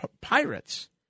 pirates